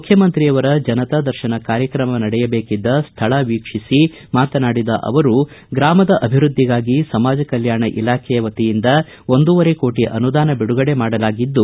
ಮುಖ್ಯಮಂತ್ರಿಯವರ ಜನತಾ ದರ್ಶನ ಕಾರ್ಯಕ್ರಮ ನಡೆಯಬೇಕಿದ್ದ ಸ್ಥಳ ವೀಕ್ಷಿಸಿದ ನಂತರ ಮಾತನಾಡಿದ ಅವರು ಗ್ರಾಮದ ಅಭಿವೃದ್ದಿಗಾಗಿ ಸಮಾಜಕಲ್ಕಾಣ ಇಲಾಖೆಯ ವತಿಯಿಂದ ಒಂದೂವರೆ ಕೋಟ ಅನುದಾನ ಬಿಡುಗಡೆ ಮಾಡಲಾಗಿದ್ದು